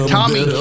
Tommy